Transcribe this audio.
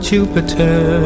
Jupiter